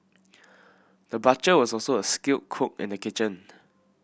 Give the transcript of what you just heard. the butcher was also a skilled cook in the kitchen